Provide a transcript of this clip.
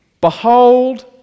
behold